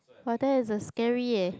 !wah! that is a scary eh